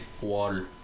water